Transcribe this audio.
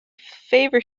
favor